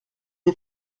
des